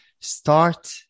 start